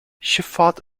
schifffahrt